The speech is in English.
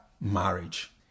marriage